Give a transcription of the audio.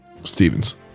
Stevens